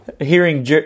Hearing